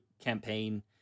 campaign